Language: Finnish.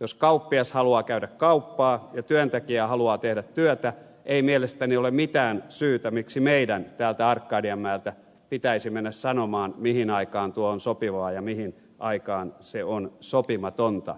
jos kauppias haluaa käydä kauppaa ja työntekijä haluaa tehdä työtä ei mielestäni ole mitään syytä miksi meidän täältä arkadianmäeltä pitäisi mennä sanomaan mihin aikaan tuo on sopivaa ja mihin aikaan se on sopimatonta